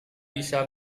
bisa